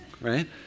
right